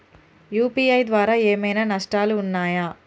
UPI ద్వారా ఏమైనా నష్టాలు ఉన్నయా?